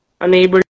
unable